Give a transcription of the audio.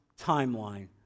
timeline